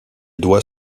doit